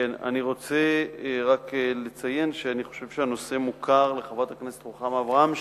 אני רוצה רק לציין שאני חושב שהנושא מוכר לחברת הכנסת רוחמה אברהם,